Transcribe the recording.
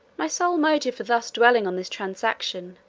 my sole motive for thus dwelling on this transaction,